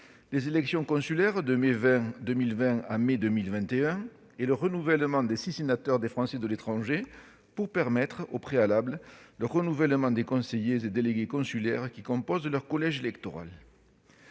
les élections consulaires de mai 2020 à mai 2021, et le renouvellement de six sénateurs représentant les Français de l'étranger pour permettre, au préalable, le renouvellement des conseillers et délégués consulaires qui composent leur collège électoral.